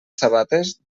sabates